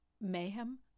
mayhem